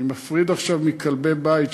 אני מפריד עכשיו מכלבי-בית,